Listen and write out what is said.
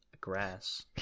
grass